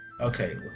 Okay